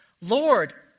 Lord